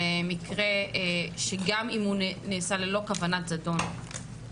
זה מקרה שגם אם הוא נעשה ללא כוונת זדון,